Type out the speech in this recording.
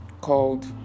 called